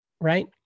Right